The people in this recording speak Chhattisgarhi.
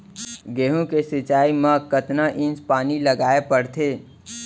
गेहूँ के सिंचाई मा कतना इंच पानी लगाए पड़थे?